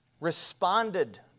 responded